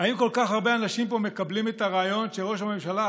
האם כל כך הרבה אנשים פה מקבלים את הרעיון שראש הממשלה,